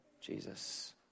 Jesus